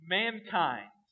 mankind